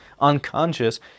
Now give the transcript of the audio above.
unconscious